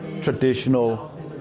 traditional